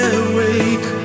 awake